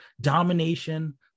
domination